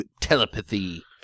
telepathy